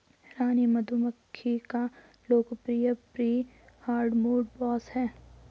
रानी मधुमक्खी एक लोकप्रिय प्री हार्डमोड बॉस है